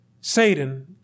Satan